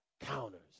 counters